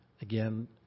Again